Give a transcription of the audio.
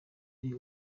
ari